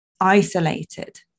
isolated